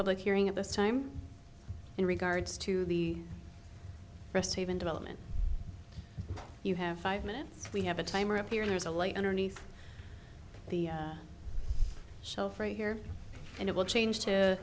public hearing at this time in regards to the rest even development you have five minutes we have a timer up here there's a light underneath the shelf right here and it will change to